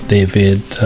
David